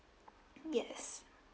yes